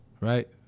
right